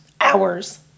hours